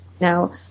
now